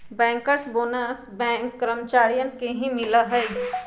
Bankers bonus केवल bank कर्मचारियन के ही मिला हई का?